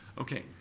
Okay